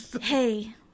Hey